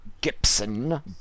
Gibson